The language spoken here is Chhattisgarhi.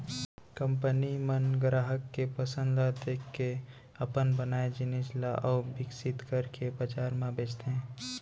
कंपनी मन गराहक के पसंद ल देखके अपन बनाए जिनिस ल अउ बिकसित करके बजार म बेचथे